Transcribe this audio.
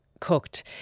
cooked